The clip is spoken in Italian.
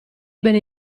bene